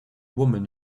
woman